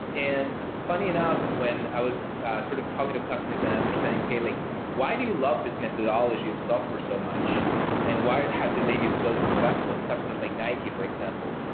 and funny enough, when i was sort of talking to customers and understanding, okay, like why do you love this methodology of software so much and why has it made you so successful? customers like nike, for example.